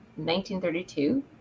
1932